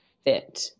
fit